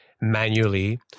manually